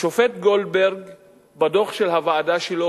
השופט גולדברג קובע בדוח של הוועדה שלו